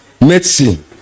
medicine